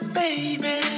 baby